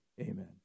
amen